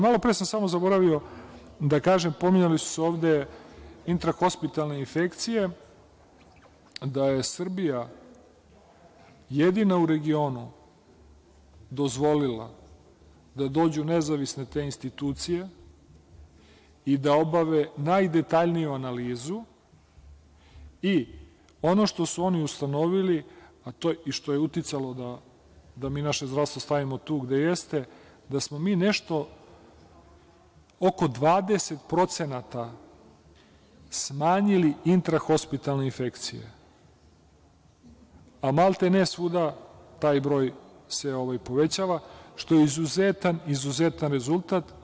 Malopre sam zaboravio da kažem, pominjali su se ovde intrahospitalne infekcije, da je Srbija jedina u regionu dozvolila da dođu nezavisne te institucije i da obave najdetaljniju analizu i ono što su oni ustanovili, a to je uticalo da mi naše zdravstvo stavimo tu gde jeste, da smo mi nešto oko 20% smanjili intrahospitalne infekcije, a maltene svuda taj broj se povećava, što je izuzetan, izuzetan rezultat.